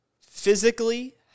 physically